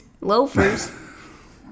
Loafers